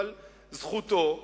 אבל זכותו.